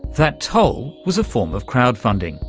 that toll was a form of crowd-funding,